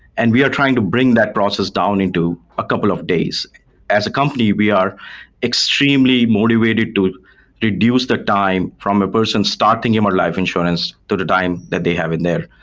and we are trying to bring that process down into a couple of days as a company, we are extremely motivated to reduce the time from a person starting in more life insurance to the time that they have it there,